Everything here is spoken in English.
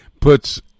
puts